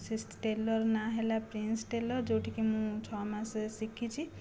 ସେ ଟେଲର ନାଁ ହେଲା ପ୍ରିନ୍ସ ଟେଲର ଯେଉଁଠି କି ମୁଁ ଛଅମାସ ଶିଖିଛି